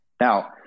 Now